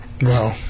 No